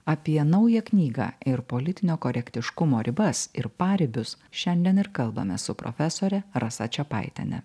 apie naują knygą ir politinio korektiškumo ribas ir paribius šiandien ir kalbame su profesore rasa čepaitiene